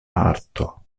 arto